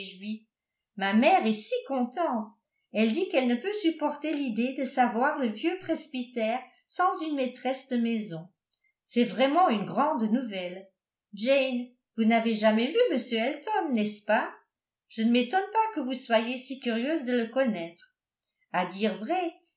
ma mère est si contente elle dit qu'elle ne peut supporter l'idée de savoir le vieux presbytère sans une maîtresse de maison c'est vraiment une grande nouvelle jane vous n'avez jamais vu m elton n'est-ce pas je ne m'étonne pas que vous soyez si curieuse de le connaître à dire vrai